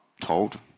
told